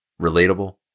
Relatable